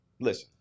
listen